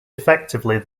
effectively